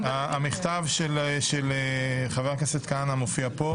המכתב של חבר הכנסת כהנא מופיע פה.